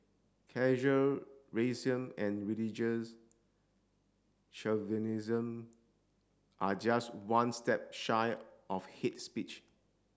casual racism and religious chauvinism are just one step shy of hate speech